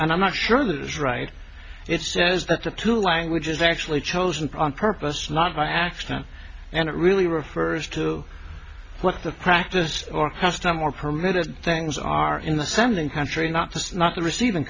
and i'm not sure that is right it says that the two languages actually chosen on purpose not my accent and it really refers to what the practice or custom or permitted things are in the sending country not this not the recei